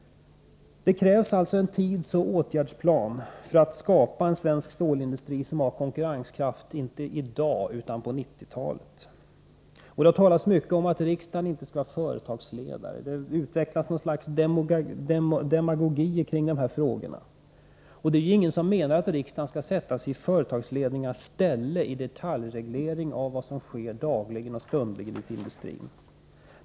Det krävs alltså en tidsoch åtgärdsplan för att skapa en svensk stålindustri som har konkurrenskraft, inte i dag, utan på 1990-talet. Det har talats mycket om att riksdagen inte skall vara företagsledare. Det har utvecklats ett slags demagogi i dessa frågor. Men det är ingen som menar att riksdagen skall sättas i företagsledningars ställe när det gäller detaljreglering och vad som sker dagligen och stundligen i industrin.